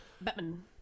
Batman